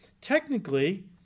technically